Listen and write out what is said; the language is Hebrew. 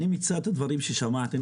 אני מקצת הדברים ששמעתי,